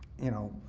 you know,